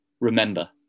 Remember